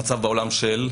המצב בעולם של?